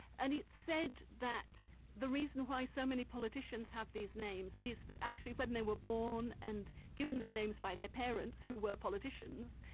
and it's said that the reason why so many politicians have these names is that actually when they were born and given their names by their parents, who were politicians,